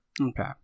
okay